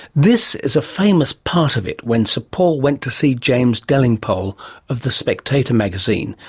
this is a famous part of it when sir paul went to see james delingpole of the spectator magazine,